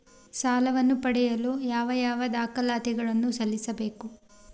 ಸಾಲವನ್ನು ಪಡೆಯಲು ಯಾವ ಯಾವ ದಾಖಲಾತಿ ಗಳನ್ನು ಸಲ್ಲಿಸಬೇಕು?